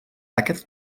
aquest